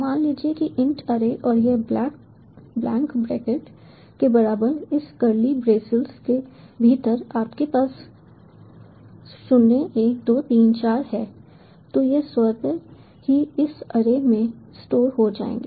मान लीजिए कि इंट अरे और यह ब्लैंक ब्रैकेट के बराबर इस करली ब्रेसिज़ के भीतर आपके पास 0 1 2 3 4 है तो ये स्वतः ही इस अरे में स्टोर हो जाएंगे